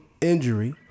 injury